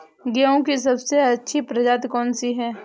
गेहूँ की सबसे अच्छी प्रजाति कौन सी है?